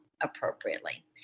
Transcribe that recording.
appropriately